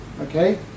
Okay